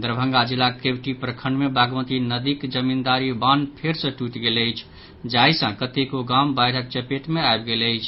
दरभंगा जिलाक केवटी प्रखंड मे बागमती नदीक जमींदारी बान्ह फेर सँ टूटि गेल अछि जाहि सँ कतेको गाम बाढ़िक चपेट मे आबि गेल अछि